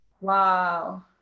wow